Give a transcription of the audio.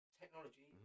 technology